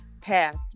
passed